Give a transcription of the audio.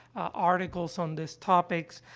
articles on this topic, ah,